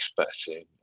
expecting